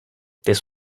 this